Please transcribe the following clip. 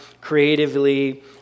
creatively